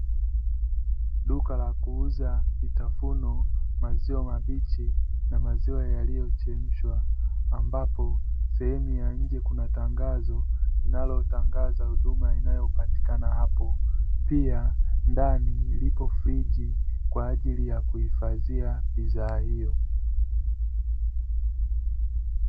Duka la kuuza vitafunwa, maziwa mabichi na maziwa yaliyochemshwa, ambapo sehemu ya nje kuna tangazo linalotangaza huduma inayopatikana hapo pia ndani lipo friji kwa ajili ya kuhifadhia bidhaa hiyo.